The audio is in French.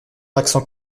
accent